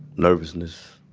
nervousness.